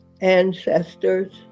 ancestors